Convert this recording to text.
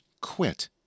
quit